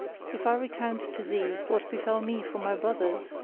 if i recount to thee what befel me from my brothers,